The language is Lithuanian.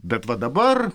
bet va dabar